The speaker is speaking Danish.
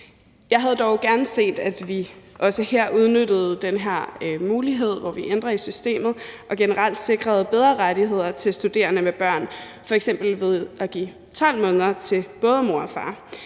Jeg havde dog gerne set, at vi også her udnyttede den her mulighed, hvor vi ændrer i systemet, og generelt sikrede bedre rettigheder til studerende med børn, f.eks. ved at give 12 måneder til både mor og far.